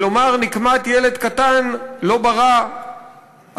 ולומר: נקמת ילד קטן לא ברא השטן.